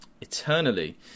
eternally